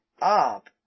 up